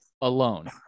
Alone